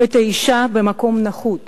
את האשה במקום נחות.